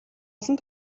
олон